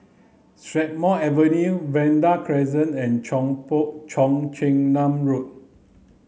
Strathmore Avenue Vanda Crescent and Cheong Chin Nam Road